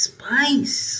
Spice